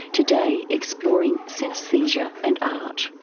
today exploring synaesthesia and art.